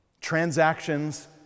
Transactions